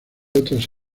otras